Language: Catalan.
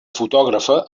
fotògrafa